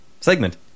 segment